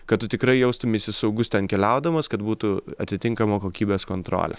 kad tu tikrai jaustumeisi saugus ten keliaudamas kad būtų atitinkama kokybės kontrolė